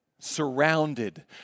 surrounded